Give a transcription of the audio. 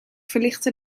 verlichte